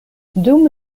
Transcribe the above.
dum